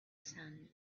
sand